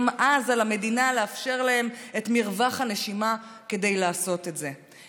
גם אז על המדינה לאפשר להם את מרווח הנשימה כדי לעשות את זה.